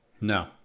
no